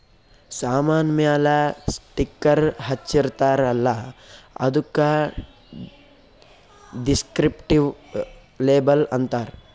ಸಾಮಾನ್ ಮ್ಯಾಲ ಸ್ಟಿಕ್ಕರ್ ಹಚ್ಚಿರ್ತಾರ್ ಅಲ್ಲ ಅದ್ದುಕ ದಿಸ್ಕ್ರಿಪ್ಟಿವ್ ಲೇಬಲ್ ಅಂತಾರ್